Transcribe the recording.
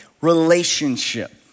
relationship